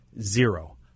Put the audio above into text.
Zero